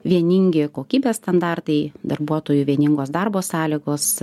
vieningi kokybės standartai darbuotojų vieningos darbo sąlygos